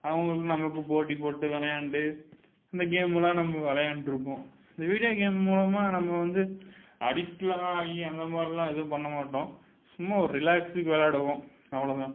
அவங்களுக்கு நமக்கும் போட்டி போட்டு விளையாண்டு இந்த கேம்லாம் நம்ம விளையாண்டுருப்போம் இந்த வீடியோ கேம் மூலமாக நம்ம வந்து அடிக்ட்ல தான் ஆகி அந்தமாதிரில்லாம் எதுவும் பண்ண மாட்டோம் சும்மா ஒரு ரிலாக்ஸுக்கு விளையாடுவோம் அவ்வளோ தான்